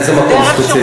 איזה מקום ספציפי?